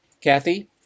Kathy